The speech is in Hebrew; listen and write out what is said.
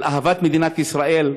על אהבת מדינת ישראל,